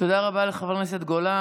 תודה רבה לחבר הכנסת גולן.